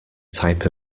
type